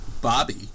Bobby